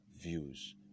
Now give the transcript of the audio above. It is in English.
views